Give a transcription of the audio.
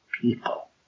people